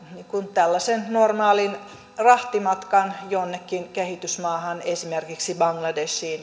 tällaisen normaalin rahtimatkan jonnekin kehitysmaahan esimerkiksi bangladeshiin